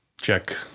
check